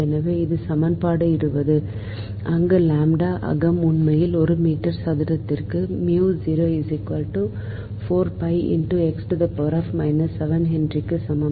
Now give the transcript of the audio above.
எனவே இது சமன்பாடு 20 அங்கு லாம்ப்டா அகம் உண்மையில் ஒரு மீட்டர் சதுரத்திற்கு ஹென்றிக்கு சமம்